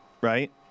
right